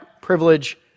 privilege